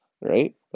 right